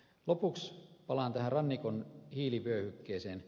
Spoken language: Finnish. lopuksi palaan tähän rannikon hiilivyöhykkeeseen